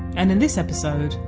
and in this episode,